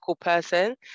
person